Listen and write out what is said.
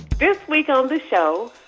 this week on the show,